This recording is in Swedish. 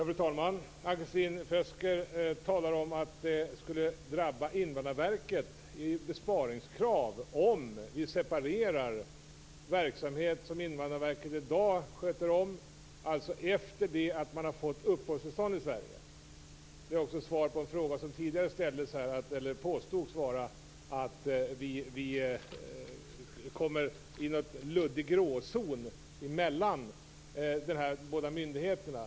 Fru talman! Ann-Kristin Føsker talar om att Invandrarverket skulle drabbas av besparingskrav om vi separerar den verksamhet som Invandrarverket i dag sköter efter det att man har fått uppehållstillstånd i Sverige. Här kan jag också svara på något som tidigare påstods här, nämligen att vi kommer att få en luddig gråzon mellan de båda myndigheterna.